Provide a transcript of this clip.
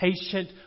patient